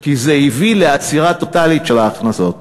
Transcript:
כי זה הביא לעצירה טוטלית של ההכנסות.